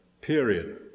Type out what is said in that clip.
period